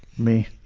me.